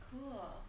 Cool